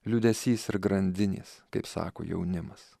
liūdesys ir grandinės kaip sako jaunimas